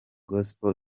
gospel